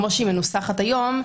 כמו שהיא מנוסחת היום,